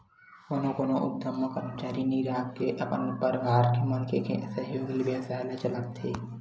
कोनो कोनो उद्यम म करमचारी नइ राखके अपने परवार के मनखे के सहयोग ले बेवसाय ल चलाथे